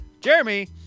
Jeremy